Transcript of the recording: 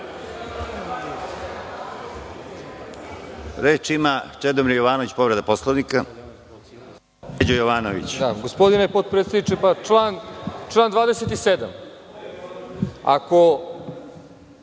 ima Čedomir Jovanović, povreda Poslovnika.